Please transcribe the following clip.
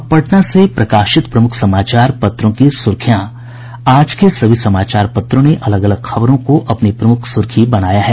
अब पटना से प्रकाशित प्रमुख समाचार पत्रों की सुर्खियां आज के सभी समाचार पत्रों ने अलग अलग खबरों को अपनी प्रमुख सुर्खी बनाया है